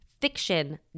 fiction